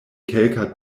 kelka